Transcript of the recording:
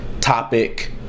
topic